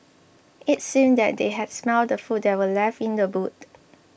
it seemed that they had smelt the food that were left in the boot